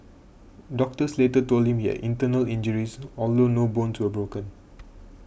doctors later told him he had internal injuries although no bones were broken